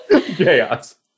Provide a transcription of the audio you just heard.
Chaos